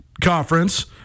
Conference